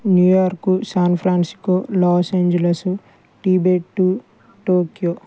New York San Francisco Los Angeles tibet Tokyo